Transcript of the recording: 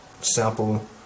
sample